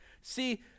See